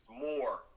more